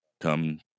come